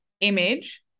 image